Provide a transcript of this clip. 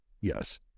Yes